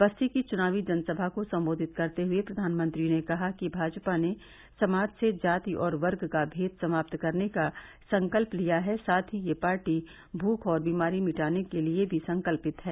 बस्ती की चुनावी जनसभा को सम्बोधित करते हुये प्रधानमंत्री ने कहा कि भाजपा ने समाज से जाति और वर्ग का भेद समाप्त करने का संकल्प लिया है साथ ही यह पार्टी भूख और बीमारी मिटाने के लिये भी संकल्पित है